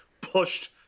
pushed